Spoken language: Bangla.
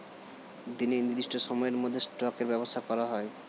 দিনের নির্দিষ্ট সময়ের মধ্যে স্টকের ব্যবসা করা হয়